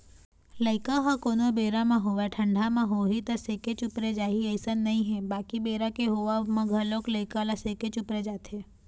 लइका ह कोनो बेरा म होवय ठंडा म होही त सेके चुपरे जाही अइसन नइ हे बाकी बेरा के होवब म घलोक लइका ल सेके चुपरे जाथे